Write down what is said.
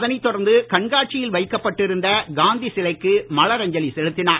அதனை தொடர்ந்து கண்காட்சியில் வைக்கப்பட்டு இருந்த காந்தி சிலைக்கு மலரஞ்சலி செலுத்தினார்